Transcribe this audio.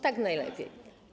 Tak najlepiej.